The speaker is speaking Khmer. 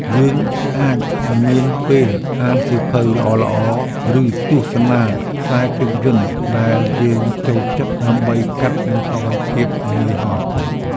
យើងអាចមានពេលអានសៀវភៅល្អៗ ឬទស្សនាខ្សែភាពយន្តដែលយើងចូលចិត្តដើម្បីកាត់បន្ថយភាពនឿយហត់។